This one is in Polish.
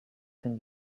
ten